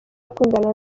akundana